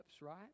right